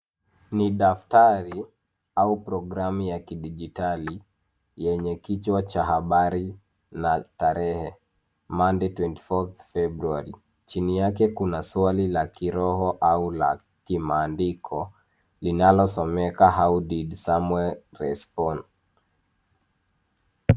Ni daftari, au programu ya kidijitali, yenye kichwa cha habari, na tarehe Monday, twenty fourth, February , chini yake kuna swali la kiroho, au la kimaandiko, linalosomeka how did Samuel respond ?